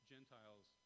Gentiles